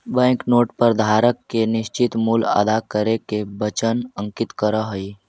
bank note पर धारक के निश्चित मूल्य अदा करे के वचन अंकित रहऽ हई